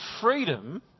freedom